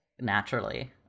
naturally